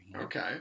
Okay